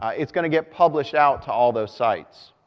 it's going to get published out to all those sites.